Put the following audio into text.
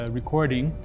recording